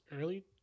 early